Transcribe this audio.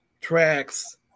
tracks